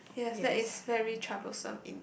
yes that is very troublesome in the